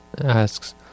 asks